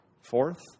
fourth